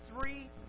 three